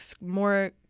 more